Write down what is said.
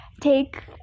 take